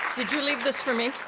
did you leave this for me?